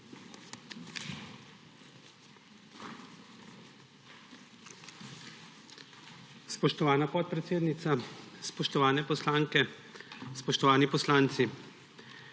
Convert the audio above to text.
Spoštovana podpredsednica, spoštovane poslanke, spoštovani poslanci!